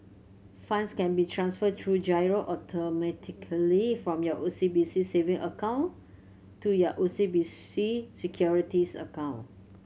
funds can be transferred through giro automatically from your O C B C saving account to your O C B C Securities account